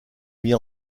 mise